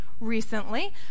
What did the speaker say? Recently